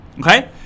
okay